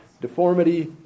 deformity